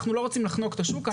אנחנו לא רוצים לחנוק את השוק.